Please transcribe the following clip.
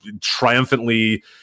triumphantly